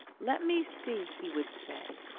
let me see! he would say.